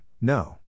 No